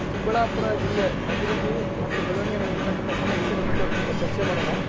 ಚಿಕ್ಕಬಳ್ಳಾಪುರ ಜಿಲ್ಲೆ ಅಭಿವೃದ್ಧಿ ಮತ್ತು ಬೆಳವಣಿಗೆನಲ್ಲಿರ್ತಕ್ಕಂಥ ಸಮಸ್ಯೆಗಳ ಬಗ್ಗೆ ಒಂದು ಸ್ವಲ್ಪ ಚರ್ಚೆ ಮಾಡೋಣ